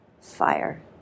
Fire